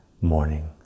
morning